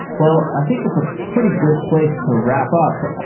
well, i think that's a pretty good place to wrap up. ah